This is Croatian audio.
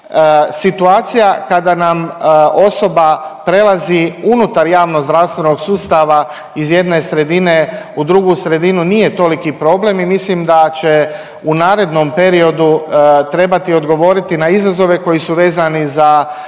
Situacija kada nam osoba prelazi unutar javno zdravstvenog sustava iz jedne sredine u drugu sredinu nije toliki problem i mislim da će u narednom periodu trebati odgovoriti na izazove koji su vezani za